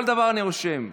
כל דבר אני רושם.